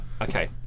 Okay